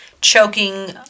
choking